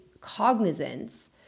cognizance